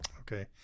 Okay